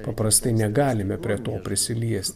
paprastai negalime prie to prisiliesti